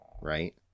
right